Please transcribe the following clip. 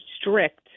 strict